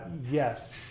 Yes